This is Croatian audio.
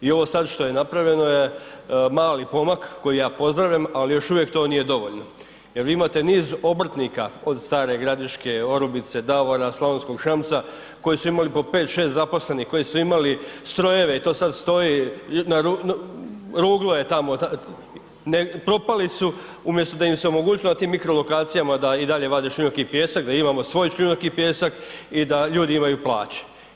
I ovo sad što je napravljeno je mali pomak, koji ja pozdravljam, ali još uvijek to nije dovoljno, jer vi imate niz obrtnika od Stare Gradiške, Orubice, Davora, Slavonskog Šamca koji su imali po 5, 6 zaposlenih, koji su imali strojeve i to sad stoji, ruglo je tamo, propali su umjesto da ime omogućilo na tim mikrolokacijama da i dalje vade šljunak i pijesak, da imamo svoj šljunak i pijesak i da ljudi imaju plaće.